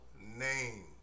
name